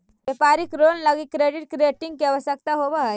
व्यापारिक लोन लगी credit rating के आवश्यकता होवऽ हई